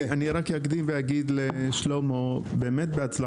אני רק אגיד לשלמה בהצלחה,